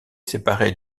séparée